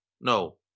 No